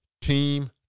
team